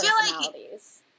personalities